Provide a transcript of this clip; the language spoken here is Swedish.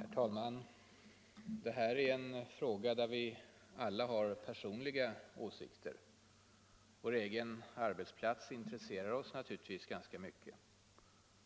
Herr talman! Det här är en fråga där vi alla har personliga åsikter. Vår egen arbetsplats intresserar oss naturligtvis ganska mycket.